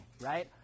right